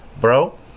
bro